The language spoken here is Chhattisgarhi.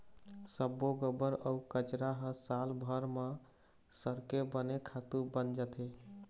सब्बो गोबर अउ कचरा ह सालभर म सरके बने खातू बन जाथे